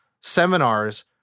seminars